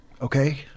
Okay